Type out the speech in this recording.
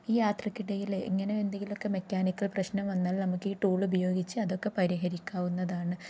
ഈ യാത്രക്കിടയിൽ ഇങ്ങനെ എന്തെങ്കിലും ഒക്കെ മെക്കാനിക്കൽ പ്രശ്നം വന്നാൽ നമുക്ക് ഈ ടൂൾ ഉപയോഗിച്ച് അതൊക്കെ പരിഹരിക്കാവുന്നതാണ്